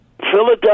Philadelphia